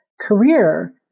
career